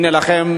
הנה לכם,